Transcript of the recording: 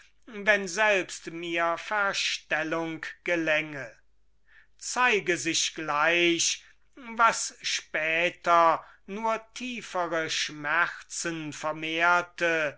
wenn selbst mir verstellung gelänge zeige sich gleich was später nur tiefere schmerzen vermehrte